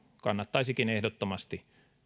kannattaisikin ehdottomasti